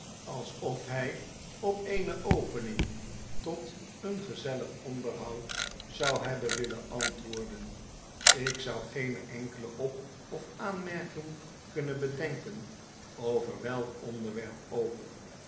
alsof hy op eene opening tot een gezellig onderhoud zou hebben willen antwoorden ik zou geene enkele op of aantnerking kunnen bedenken over welk onderwerp ook